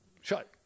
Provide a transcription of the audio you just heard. shut